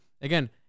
again